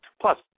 plus